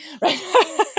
Right